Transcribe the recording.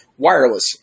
wireless